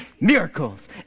Miracles